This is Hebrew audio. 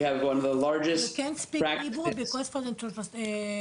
(אומרת דברים בשפה האנגלית,